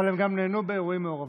אבל הם גם נהנו באירועים מעורבים,